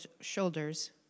shoulders